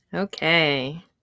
Okay